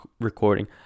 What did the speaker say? recording